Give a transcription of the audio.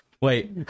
Wait